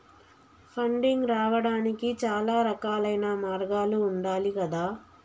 funding రావడానికి చాలా రకాలైన మార్గాలు ఉండాలి గదా